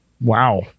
Wow